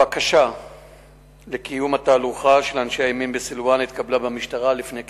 הבקשה לקיום התהלוכה של אנשי הימין בסילואן התקבלה במשטרה לפני כחודש.